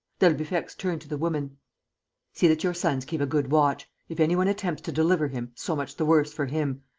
d'albufex turned to the woman see that your sons keep a good watch. if any one attempts to deliver him, so much the worse for him.